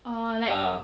ah